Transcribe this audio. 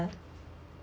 ya